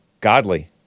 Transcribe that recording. godly